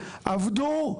עבדו,